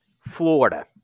Florida